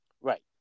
Right